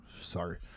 sorry